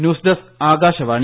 news desk Akashvani